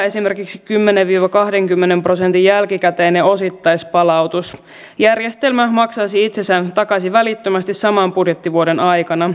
me olemme olleet pitkään sopimusyhteiskunta ja nyt näin nopeasti te olette tämän pitkän perinteen romuttaneet